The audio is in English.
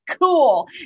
cool